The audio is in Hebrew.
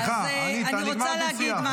סליחה, ענית ונגמר הדו-שיח.